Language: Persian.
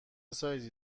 سایزی